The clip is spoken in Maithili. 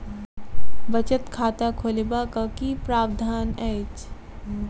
बचत खाता खोलेबाक की प्रावधान अछि?